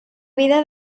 vida